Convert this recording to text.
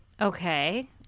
okay